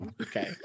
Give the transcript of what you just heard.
okay